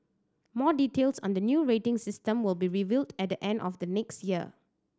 more details on the new rating system will be revealed at the end of next year